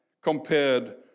compared